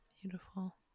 beautiful